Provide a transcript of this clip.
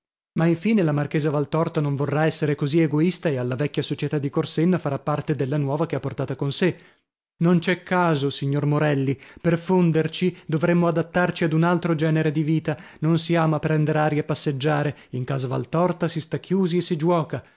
ma infine la marchesa valtorta non vorrà essere così egoista e alla vecchia società di corsenna farà parte della nuova che ha portata con sè non c'è caso signor morelli per fonderci dovremmo adattarci ad un altro genere di vita noi si ama prender aria e passeggiare in casa valtorta si sta chiusi e si giuoca